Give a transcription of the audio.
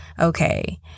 Okay